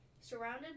surrounded